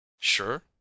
Sure